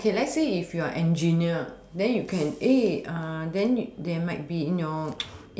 okay let's say if you are engineer then you can eh then there might be in your